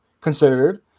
considered